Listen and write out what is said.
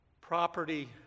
property